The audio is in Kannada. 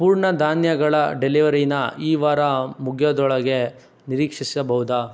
ಪೂರ್ಣ ಧಾನ್ಯಗಳ ಡೆಲಿವರಿನಾ ಈ ವಾರ ಮುಗಿಯೋದ್ರೊಳಗೆ ನಿರೀಕ್ಷಿಸಬಹುದಾ